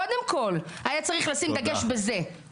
קודם כל היה צריך לשים דגש בזה.